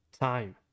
Time